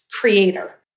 creator